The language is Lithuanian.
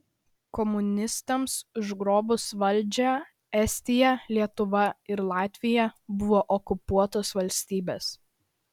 komunistams užgrobus valdžią estija lietuva ir latvija buvo okupuotos valstybės